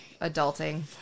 adulting